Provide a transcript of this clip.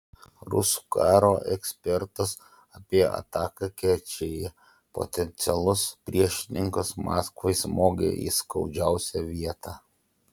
rusų karo ekspertas apie ataką kerčėje potencialus priešininkas maskvai smogė į skaudžiausią vietą